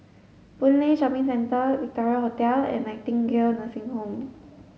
Boon Lay Shopping Centre Victoria Hotel and Nightingale Nursing Home